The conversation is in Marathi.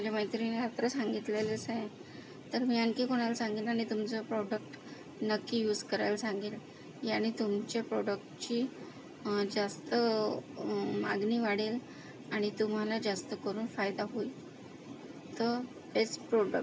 माझ्या मैत्रिणीला तर सांगितलेलंच आहे तर मी आणखी कोणाला सांगेन आणि तुमचं प्रोडक्ट नक्की युज करायला सांगेन याने तुमच्या प्रॉडक्टची जास्त मागणी वाढेल आणि तुम्हाला जास्त करून फायदा होईल त बेस्ट प्रोडक्ट